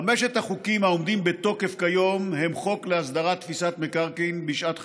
חמשת החוקים העומדים בתוקף כיום הם חוק להסדר תפיסת מקרקעים בשעת חירום,